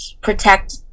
protect